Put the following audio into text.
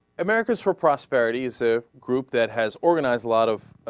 america's for prosperity is ah. group that has organize a lot of ah.